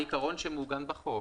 זה עיקרון שמעוגן בחוק.